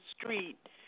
street